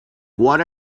what